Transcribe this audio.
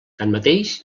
tanmateix